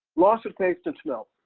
loss of taste and smell.